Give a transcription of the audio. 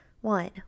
One